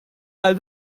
għal